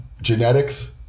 genetics